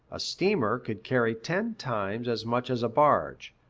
a steamer could carry ten times as much as a barge,